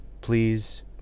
please